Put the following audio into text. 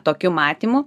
tokiu matymu